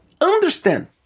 understand